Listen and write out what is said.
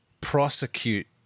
prosecute